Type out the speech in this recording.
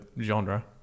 genre